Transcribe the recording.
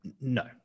No